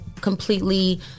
completely